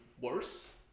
worse